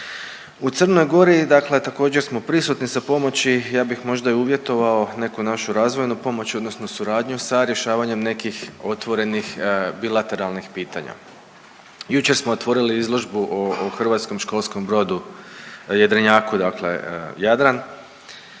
U Crnoj Gori dakle, također smo prisutni sa pomoći. Ja bih možda i uvjetovao neku našu razvojnu pomoć odnosno suradnju sa rješavanjem nekih otvorenih bilateralnih pitanja. Jučer smo otvorili izložbu o hrvatskom školskom brodu, jedrenjaku dakle Jadran.